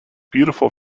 beautiful